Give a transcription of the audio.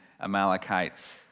Amalekites